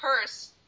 purse